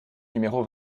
numéro